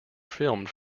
filmed